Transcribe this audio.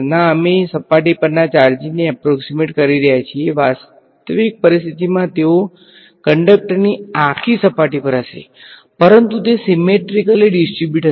ના અમે સપાટી પરના ચાર્જીસને એપ્રોક્ષીમેટ કરી રહ્યા છીએ વાસ્તવિક પરિસ્થિતિમાં તેઓ કંડક્ટરની આખી સપાટી પર હશે પરંતુ તે સીમેટ્રીકલી ડીસ્ટ્રીબ્યુટેડ હશે